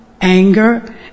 anger